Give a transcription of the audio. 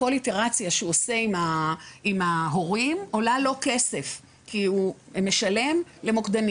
כל איטרציה שהוא עושה עם ההורים עולה לו כסף כי הוא משלם למוקדנים.